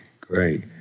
great